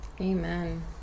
Amen